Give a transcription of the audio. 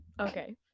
Okay